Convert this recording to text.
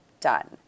done